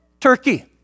Turkey